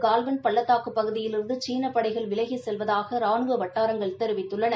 Calvin பள்ளத்தாக்கு பகுதியிலிருந்து சீன படைகள் விலகி செல்வதாக ரானுவ வட்டாரங்கள் தெரிவித்துள்ளன